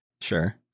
Sure